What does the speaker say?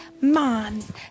mom's